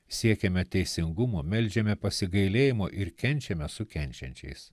siekiame teisingumo meldžiame pasigailėjimo ir kenčiame su kenčiančiais